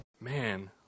Man